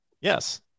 Yes